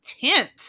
tent